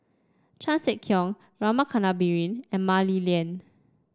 Chan Sek Keong Rama Kannabiran and Mah Li Lian